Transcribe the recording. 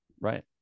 right